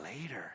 later